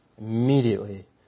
immediately